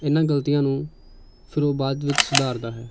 ਇਹਨਾਂ ਗਲਤੀਆਂ ਨੂੰ ਫਿਰ ਉਹ ਬਾਅਦ ਵਿੱਚ ਸੁਧਾਰਦਾ ਹੈ